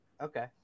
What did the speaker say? Okay